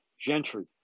Gentry